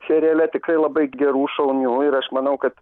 seriale tikrai labai gerų šaunių ir aš manau kad